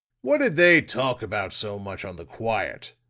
what did they talk about so much on the quiet?